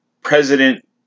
president